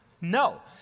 No